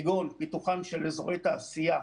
כגון בפיתוחם של אזורי התעשייה,